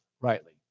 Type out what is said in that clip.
rightly